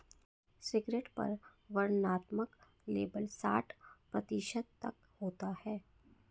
cigarette पर वर्णनात्मक label साठ प्रतिशत तक होता है